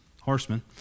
horsemen